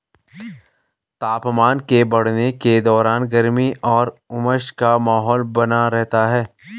तापमान के बढ़ने के दौरान गर्मी और उमस का माहौल बना रहता है